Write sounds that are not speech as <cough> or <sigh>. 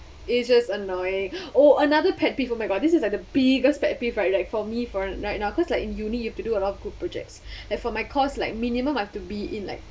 it's just annoying <breath> oh another pet people oh my god this is like the biggest pet peeve right like for me for right now cause like in uni you have to do a lot of good projects <breath> like for my course like minimum I have to be in like